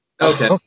Okay